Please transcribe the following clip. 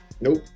Nope